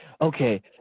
okay